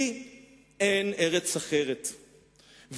לי אין ארץ אחרת,